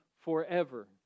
forever